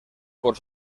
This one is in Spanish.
por